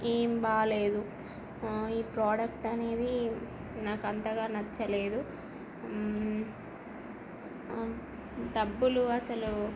ఏం బాలేదు ఈ ప్రోడక్ట్ అనేది నాకు అంతగా నచ్చలేదు డబ్బులు అసలు